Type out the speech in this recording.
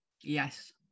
Yes